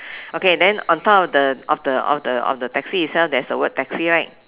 okay then on top of the of the of the of the taxi itself there's the word taxi right